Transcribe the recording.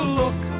look